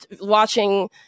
watching